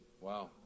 Wow